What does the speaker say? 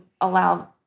allow